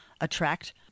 attract